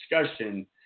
discussion